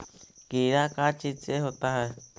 कीड़ा का चीज से होता है?